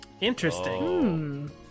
Interesting